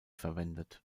verwendet